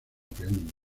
peón